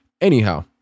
Anyhow